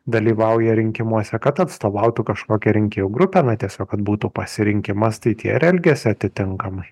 dalyvauja rinkimuose kad atstovautų kažkokią rinkėjų grupę na tiesiog kad būtų pasirinkimas tai tie ir elgiasi atitinkamai